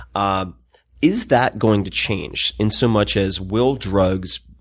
um is that going to change? in so much as, will drugs.